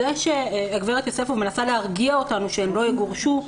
זה שהגברת יוספוף מנסה להרגיע אותנו שהן לא יגורשו,